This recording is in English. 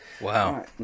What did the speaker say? Wow